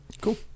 Cool